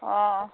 অ'